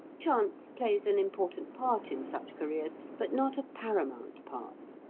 chance plays an important part in such careers, but not a paramount part.